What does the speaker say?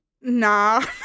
Nah